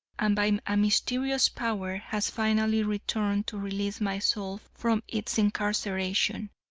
and by a mysterious power, has finally returned to release my soul from its incarceration.